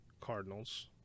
Cardinals